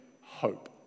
hope